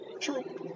True